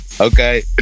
okay